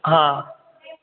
हाँ